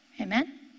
Amen